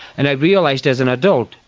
and i realised as an adult,